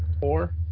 Four